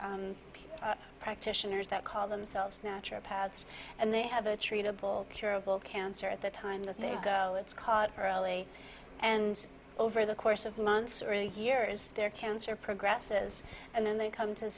you practitioners that call themselves natural pads and they have a treatable curable cancer at the time that they go it's caught early and over the course of months or years their cancer progresses and then they come to